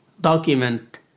document